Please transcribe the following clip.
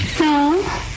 No